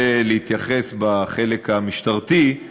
בכל מקרה, אני אנסה להתייחס בחלק המשטרתי,